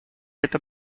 это